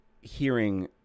hearing